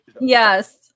Yes